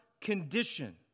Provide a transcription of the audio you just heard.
condition